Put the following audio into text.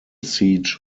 siege